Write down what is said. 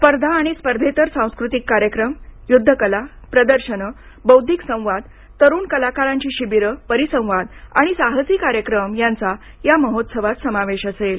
स्पर्धा आणि स्पर्धेतर सांस्कृतिक कार्यक्रम युद्ध कला प्रदर्शन बौद्धिक संवाद तरुण कलाकारांची शिबिरं परिसंवाद आणि साहसी कार्यक्रम यांचा महोत्सवात समावेश असेल